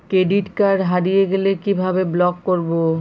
Credit card হারিয়ে গেলে কি ভাবে ব্লক করবো?